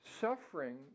Suffering